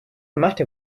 matter